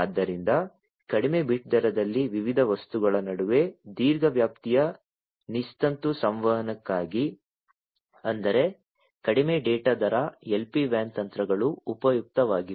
ಆದ್ದರಿಂದ ಕಡಿಮೆ ಬಿಟ್ ದರದಲ್ಲಿ ವಿವಿಧ ವಸ್ತುಗಳ ನಡುವೆ ದೀರ್ಘ ವ್ಯಾಪ್ತಿಯ ನಿಸ್ತಂತು ಸಂವಹನಕ್ಕಾಗಿ ಅಂದರೆ ಕಡಿಮೆ ಡೇಟಾ ದರ LPWAN ತಂತ್ರಗಳು ಉಪಯುಕ್ತವಾಗಿವೆ